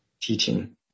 teaching